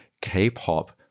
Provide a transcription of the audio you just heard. K-pop